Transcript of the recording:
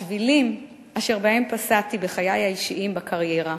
השבילים אשר בהם פסעתי בחיי האישיים, בקריירה,